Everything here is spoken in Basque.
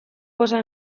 poza